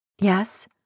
Yes